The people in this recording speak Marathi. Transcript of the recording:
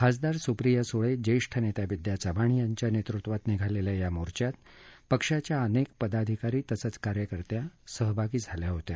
खासदार सुप्रिया सुळ क्रिया निखा विद्या चव्हाण यांच्या नसूविवात निघालखा या मोर्चात पक्षाच्या अनक्रीपदाधिकारी तसंच कार्यकर्त्या सहभागी झाल्या होत्या